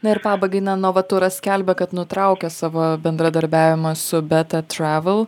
na ir pabaigai novaturas skelbia kad nutraukia savo bendradarbiavimą su beta travel